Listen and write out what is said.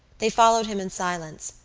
they followed him in silence,